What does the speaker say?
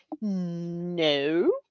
No